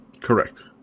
Correct